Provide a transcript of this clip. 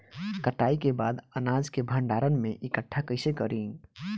कटाई के बाद अनाज के भंडारण में इकठ्ठा कइसे करी?